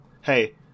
hey